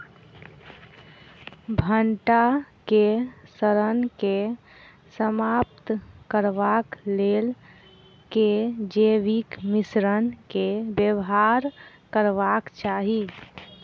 भंटा केँ सड़न केँ समाप्त करबाक लेल केँ जैविक मिश्रण केँ व्यवहार करबाक चाहि?